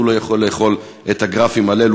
הוא לא יכול לאכול את הגרפים האלה,